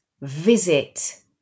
visit